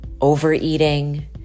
overeating